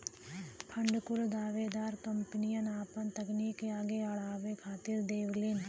fund कुल दावेदार कंपनियन आपन तकनीक आगे अड़ावे खातिर देवलीन